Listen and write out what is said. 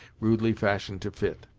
rudely fashioned to fit.